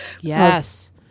yes